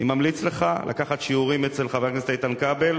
אני ממליץ לך לקחת שיעורים אצל חבר הכנסת איתן כבל,